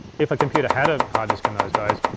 if a computer had a hard disk in those days,